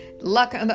luck